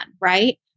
right